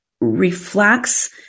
reflects